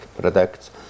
products